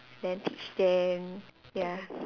then teach them ya